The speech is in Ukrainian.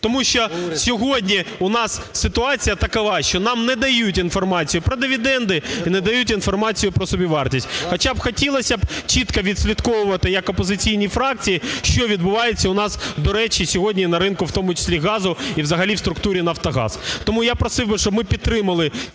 Тому що сьогодні у нас ситуація така, що нам не дають інформацію про дивіденди і не дають інформацію про собівартість. Хоча хотілося б чітко відслідковувати як опозиційній фракції, що відбувається у нас, до речі, сьогодні і на ринку в тому числі газу і взагалі в структурі "Нафтогаз". Тому я просив би, щоб ми підтримали